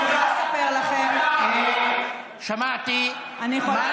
אני רוצה לספר לכם, את יודעת למה?